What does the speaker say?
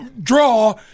draw